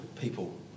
people